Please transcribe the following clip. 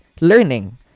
learning